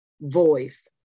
voice